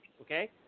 okay